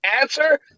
Answer